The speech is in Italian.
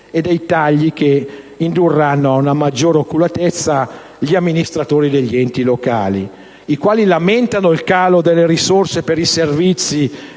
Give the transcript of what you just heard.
e dei tagli che indurranno ad una maggior oculatezza gli amministratori degli enti locali, i quali lamentano il calo delle risorse per i servizi